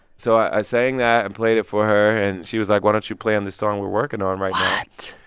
so i sang that and played it for her. and she was like, why don't you play on this song we're working on right now? what?